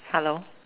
hello